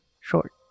short